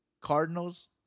Cardinals